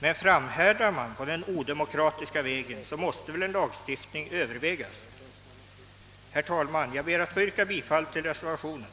Men framhärdar man på den odemokratiska vägen, måste väl frågan om en lagstiftning övervägas. Herr talman! Jag ber att få yrka bifall till reservationen.